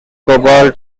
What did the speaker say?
cobalt